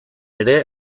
ere